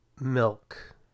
milk